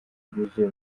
bwuzuye